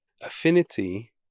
affinity